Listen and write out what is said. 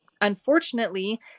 unfortunately